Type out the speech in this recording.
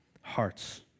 hearts